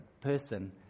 person